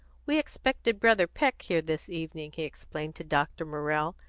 we expected brother peck here this evening, he explained to dr. morrell.